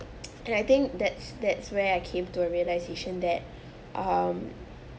and I think that's that's where I came to a realisation that um